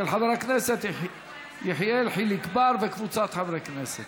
של חבר הכנסת יחיאל חיליק בר וקבוצת חברי הכנסת.